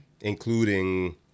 including